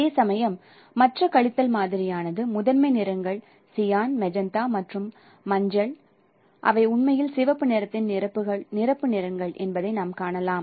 அதேசமயம் மற்ற கழித்தல் மாதிரியானது முதன்மை நிறங்கள் சியான் மெஜந்தா மற்றும் மஞ்சள் மற்றும் அவை உண்மையில் சிவப்பு நிறத்தின் நிரப்பு நிறங்கள் என்பதைக் காணலாம்